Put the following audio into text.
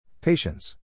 Patience